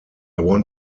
want